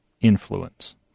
influence